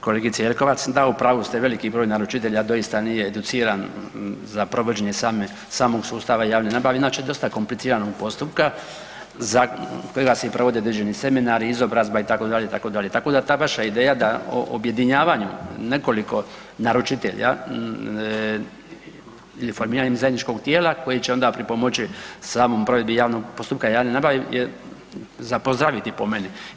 Kolegice Jelkovac, da u pravu ste, veliki broj naručitelja doista nije educiran za provođenje samog sustava javne nabave, inače dosta kompliciranog postupka. … [[Govornik se ne razumije]] se provode određeni seminari, izobrazba itd. itd., tako da ta vaša ideja da objedinjavanjem nekoliko naručitelja ili formiranjem zajedničkog tijela koje će onda pripomoći samom provedbi javnog, postupka javne nabave je za pozdraviti po meni.